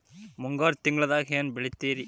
ಮುಂಗಾರು ತಿಂಗಳದಾಗ ಏನ್ ಬೆಳಿತಿರಿ?